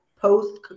post